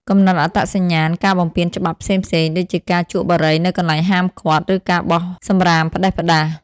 កំណត់អត្តសញ្ញាណការបំពានច្បាប់ផ្សេងៗ ដូចជាការជក់បារីនៅកន្លែងហាមឃាត់ ឬការបោះសំរាមផ្ដេសផ្ដាស។